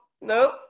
nope